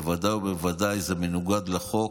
בוודאי ובוודאי זה מנוגד לחוק,